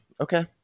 okay